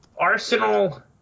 Arsenal